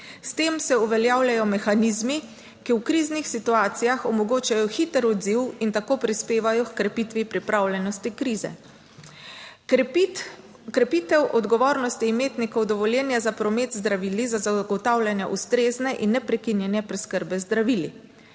S tem se uveljavljajo mehanizmi, ki v kriznih situacijah omogočajo hiter odziv in tako prispevajo h krepitvi pripravljenosti krize. Krepitev odgovornosti imetnikov dovoljenja za promet z zdravili za zagotavljanje ustrezne in neprekinjene preskrbe z zdravili.